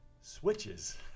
switches